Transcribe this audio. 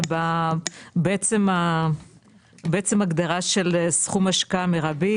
בעצם ההגדרה של סכום השקעה מירבי,